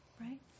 right